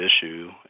issue